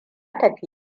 tafi